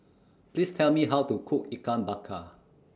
Please Tell Me How to Cook Ikan Bakar